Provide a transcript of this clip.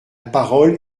parole